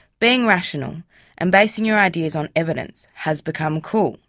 being rational and basing your ideas on evidence has become cool,